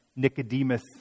Nicodemus